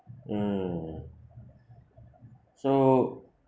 ah so